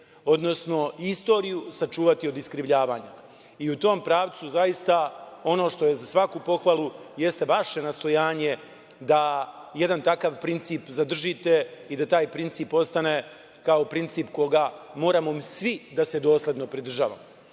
odnosno istoriju sačuvati od iskrivljavanja.U tom pravcu zaista ono što je za svaku pohvalu, jeste vaše nastojanje da jedan takav princip zadržite i da taj princip postane kao princip koga moramo svi da se dosledno pridržavamo. Ono